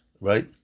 Right